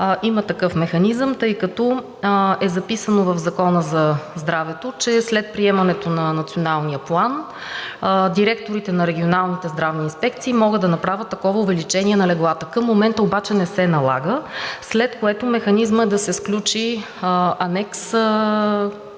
има такъв механизъм, тъй като е записано в Закона за здравето, че след приемането на Националния план директорите на регионалните здравни инспекции могат да направят такова увеличение на леглата. Към момента обаче не се налага, след което механизмът е да се сключи анекс към